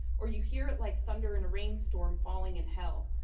or you hear it like thunder in a rainstorm falling in hell,